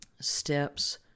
steps